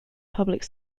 public